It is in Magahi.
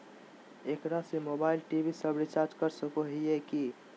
एकरा से मोबाइल टी.वी सब रिचार्ज कर सको हियै की?